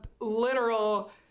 literal